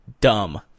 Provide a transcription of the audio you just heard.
dumb